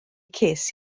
ces